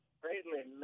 greatly